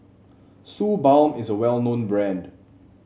Suu Balm is a well known brand